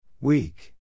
Weak